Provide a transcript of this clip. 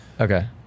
okay